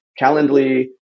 Calendly